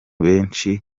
benshi